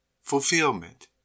fulfillment